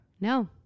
no